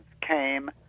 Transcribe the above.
came